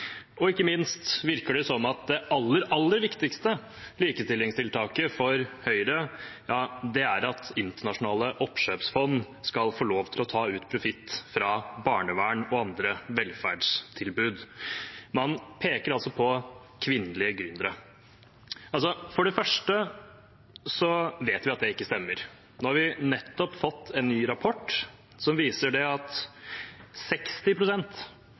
og ikke minst virker det som om det aller viktigste likestillingstiltaket for Høyre er at internasjonale oppkjøpsfond skal få lov til å ta ut profitt fra barnevern og andre velferdstilbud. Man peker altså på kvinnelige gründere. For det første vet vi at det ikke stemmer. Nå har vi nettopp fått en ny rapport som viser at 60 pst. av driftsinntektene på barnevernsfeltet blant de private, er under utenlandske konserner. Det